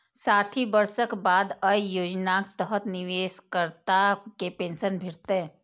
साठि वर्षक बाद अय योजनाक तहत निवेशकर्ता कें पेंशन भेटतै